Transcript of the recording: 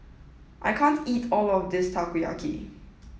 I can't eat all of this Takoyaki